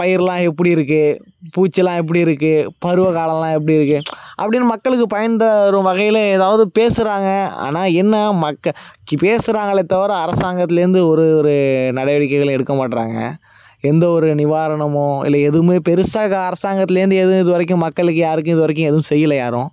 பயிரெலாம் எப்படி இருக்குது பூச்சியெல்லாம் எப்படி இருக்குது பருவ காலொம்லாம் எப்படி இருக்குது அப்படினு மக்களுக்கு பயன் தரும் வகையில் ஏதாவது பேசுறாங்க ஆனால் என்ன மக்கள் பேசுறாங்களே தவிர அரசாங்கத்திலேருந்து ஒரு ஒரு நடவடிக்கைகளும் எடுக்க மாட்டேன்றாங்க எந்த ஒரு நிவாரணமும் இல்லை எதுவுமே பெரிசா அரசாங்கத்திலேருந்து எதுவும் இது வரைக்கும் மக்களுக்கு யாருக்கும் இது வரைக்கும் எதும் செய்யலை யாரும்